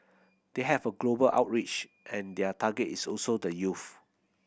they have a global outreach and their target is also the youth